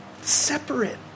separate